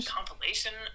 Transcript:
compilation